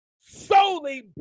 solely